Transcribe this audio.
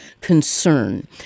concern